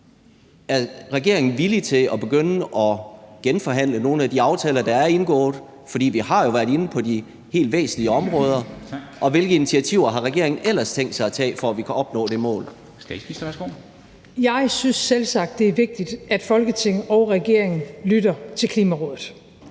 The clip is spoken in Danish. Er regeringen villig til at begynde at genforhandle nogle af de aftaler, der er indgået, for vi har jo været inde på de helt væsentlige områder, og hvilke initiativer har regeringen ellers tænkt sig og tage, for at vi kan opnå det mål? Kl. 23:52 Formanden (Henrik Dam Kristensen): Statsministeren, værsgo.